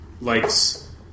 likes